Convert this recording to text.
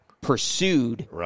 pursued